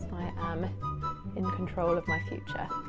am in control of my future,